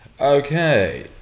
Okay